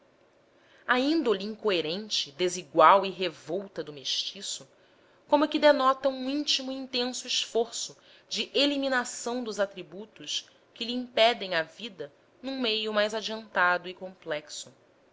a índole incoerente desigual e revolta do mestiço como que denota um íntimo e intenso esforço de eliminação dos atributos que lhe impedem a vida num meio mais adiantado e complexo